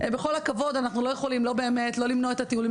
(הקרנת סרטון) אנחנו נעבור לעומרי פריש,